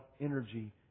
energy